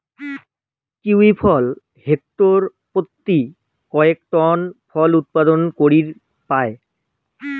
kiwi ফল hectare পত্যি কয়েক টন ফল উৎপাদন করির পায়